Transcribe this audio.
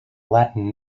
latin